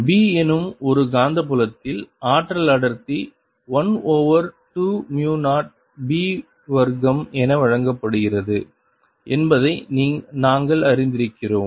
B எனும் ஒரு காந்தப்புலத்தில் ஆற்றல் அடர்த்தி 1 ஓவர் 2 மு 0 B வர்க்கம் என வழங்கப்படுகிறது என்பதை நாங்கள் அறிந்திருக்கிறோம்